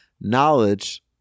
Knowledge